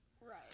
Right